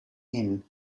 inn